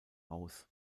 aus